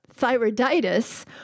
thyroiditis